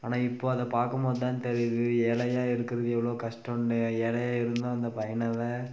ஆனால் இப்போ அதை பார்க்கும்போது தான் தெரியுது ஏழையாக இருக்கிறது எவ்வளோ கஷ்டம்ன்னு ஏழையாக இருந்தும் அந்த பையனால்